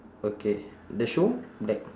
okay the shoe black